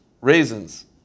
raisins